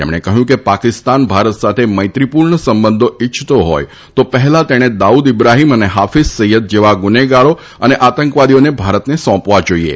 તેમણે કહ્યું કે પાકિસ્તાન ભારત સાથે મૈત્રીપૂર્ણ સંબંધો ઇચ્છતો હોથ તો પહેલા તેણે દાઉદ ઇબ્રાફીમ અને હાફીઝ સૈયદ જેવા ગુનેગારી તથા આતંકવાદીઓને ભારતને સોંપવા જોઇએ